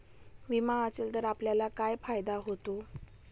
विमा असेल तर आपल्याला काय फायदा होतो?